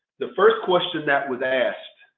the first question that was asked,